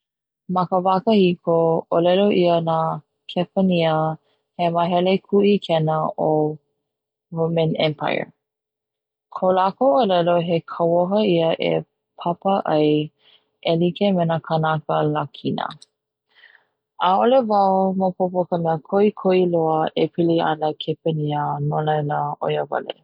Ma ka wa kahiko 'olelo ia na kepania he mahele ku'ikena o roman empire, ko lakou 'olelo he kauoha ia e papa ai e like me na kanaka lakina, 'a'ole wau maopopo ka mea ko'iko'i loa e pili ana kepania no laila 'oe ia wale.